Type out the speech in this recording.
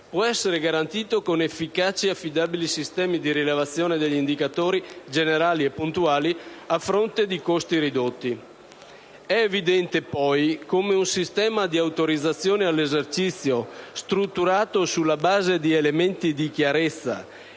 può essere garantito con efficaci e affidabili sistemi di rilevazione degli indicatori, generali e puntuali, a fronte di costi ridotti. È evidente, poi, come un sistema di autorizzazioni all'esercizio, strutturato sulla base di elementi di chiarezza